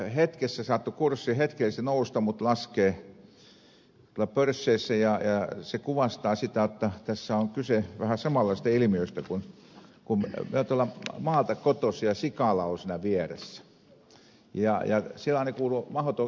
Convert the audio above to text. hetkessä saattoi kurssi hetkellisesti nousta mutta laskea pörsseissä ja se kuvastaa sitä jotta tässä on kyse vähän samanlaisesta ilmiöstä kun minä olen tuolta maalta kotoisin ja sikala oli siinä vieressä